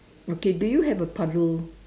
okay do you have a puddle